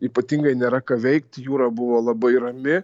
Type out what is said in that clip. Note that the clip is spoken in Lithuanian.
ypatingai nėra ką veikt jūra buvo labai rami